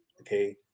Okay